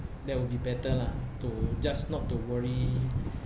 that will be better lah to just not to worry